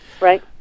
right